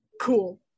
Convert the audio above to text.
cool